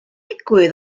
digwydd